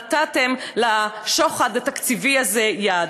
נתתם לשוחד התקציבי הזה יד,